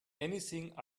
anything